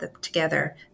together